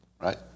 right